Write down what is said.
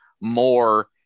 more